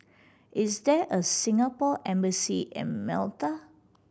is there a Singapore Embassy in Malta